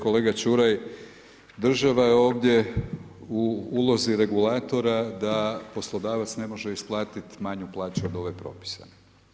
Kolega Čuraj, država je ovdje u ulozi regulatora da poslodavac ne može isplatiti manju plaću od ove propisane.